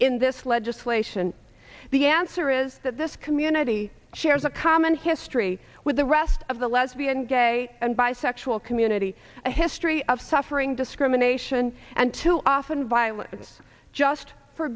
in this legislation the answer is that this community shares a common history with the rest of the lesbian gay and bisexual community a history of suffering discrimination and too often violence just for